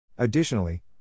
Additionally